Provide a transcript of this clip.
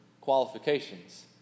qualifications